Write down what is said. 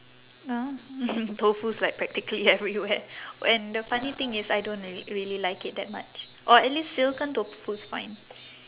(uh huh) mm tofu's like practically everywhere and the funny thing is I don't re~ really like it that much or at least silken tofu's fine